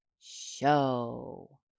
Show